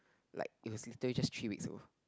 like it was literally just three weeks ago